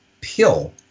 pill –